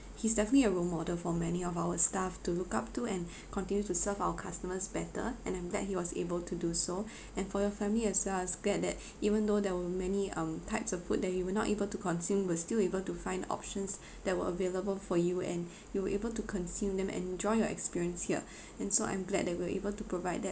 he's definitely a role model for many of our staff to look up to and continue to serve our customers better and I'm glad he was able to do so and for your family as well I was glad that even though there were many um types of food that you were not able to consume you were still able to find options that were available for you and you were able to consume them and enjoy your experience here and so I'm glad that we were able to provide that